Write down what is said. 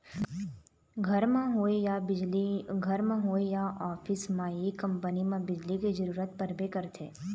घर म होए या ऑफिस म ये कंपनी म बिजली के जरूरत परबे करथे